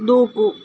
దూకు